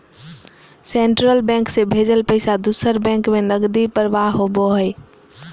central bank से भेजल पैसा दूसर बैंक में नकदी प्रवाह होबो हइ